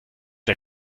der